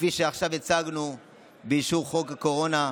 כפי שעכשיו הצגנו באישור חוק הקורונה,